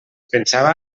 pensava